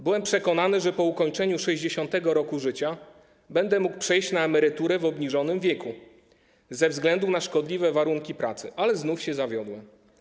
Byłem przekonany, że po ukończeniu 60. roku życia będę mógł przejść na emeryturę w obniżonym wieku ze względu na szkodliwe warunki pracy, ale znów się zawiodłem.